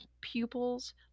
pupils